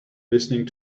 listening